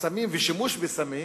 סמים ושימוש בסמים,